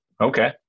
okay